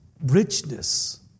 richness